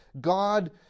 god